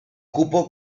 cupo